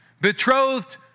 betrothed